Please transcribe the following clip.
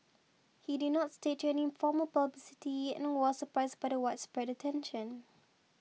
he did not stage any formal publicity and was surprised by the widespread attention